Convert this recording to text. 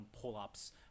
pull-ups